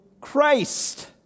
Christ